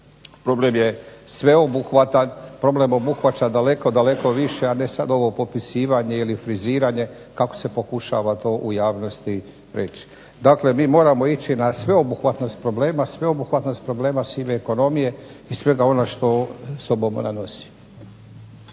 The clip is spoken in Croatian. problem je sveobuhvatan, problem obuhvaća daleko, daleko više a ne sad ovo popisivanje ili friziranje kako se pokušava to u javnosti reći. Dakle mi moramo ići na sveobuhvatnost problema, sveobuhvatnost probleme sive ekonomije, i svega onoga što sobom ona nosi.